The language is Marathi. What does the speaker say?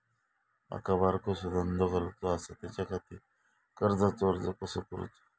माका बारकोसो धंदो घालुचो आसा त्याच्याखाती कर्जाचो अर्ज कसो करूचो?